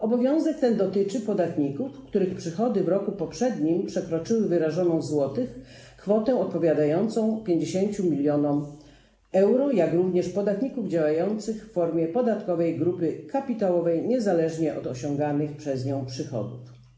Obowiązek ten dotyczy podatników, których przychody w roku poprzednim przekroczyły wyrażoną w złotych kwotę odpowiadającą 50 mln euro, jak również podatników działających w formie podatkowej grupy kapitałowej niezależnie od osiąganych przez nią przychodów.